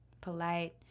polite